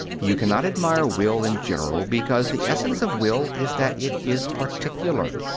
you cannot admire will in general, because the essence of will is that it is particular.